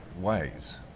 ways